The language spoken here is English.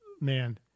man